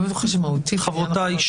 חברותיי,